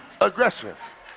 aggressive